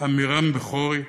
אמירן בכורי,